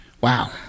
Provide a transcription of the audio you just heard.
Wow